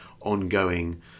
ongoing